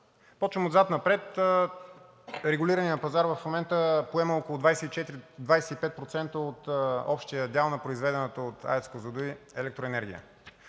Започвам отзад напред. Регулираният пазар в момента поема около 24 – 25% от общия дял на произведената от АЕЦ „Козлодуй“ електроенергия.